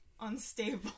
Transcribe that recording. unstable